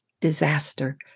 disaster